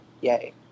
yay